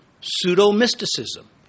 pseudo-mysticism